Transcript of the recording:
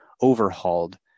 overhauled